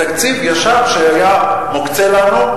תקציב ישן שהיה מוקצה לנו,